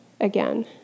again